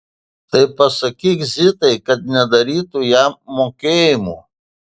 tai pasakyk zitai kad nedarytų jam mokėjimų